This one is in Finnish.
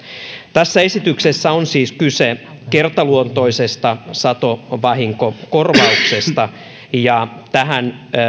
tässä esityksessä on siis kyse kertaluontoisesta satovahinkokorvauksesta ja tähän